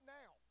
now